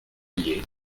liés